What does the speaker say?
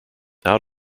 out